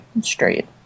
straight